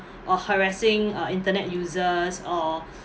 or harassing uh internet users or